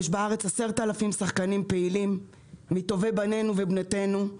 יש בארץ 10 אלף שחקנים פעילים מטובי בנינו ובנותינו,